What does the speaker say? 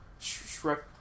Shrek